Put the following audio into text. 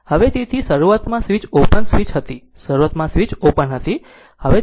તેથી શરૂઆતમાં switch open switch હતી શરૂઆતમાં સ્વીચ ઓપન હતી